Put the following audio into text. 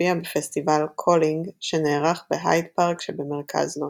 הופיע בפסטיבל "Calling" שנערך בהייד פארק שבמרכז לונדון.